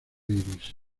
iris